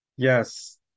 Yes